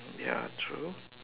ya true